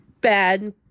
bad